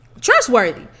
trustworthy